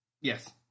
Yes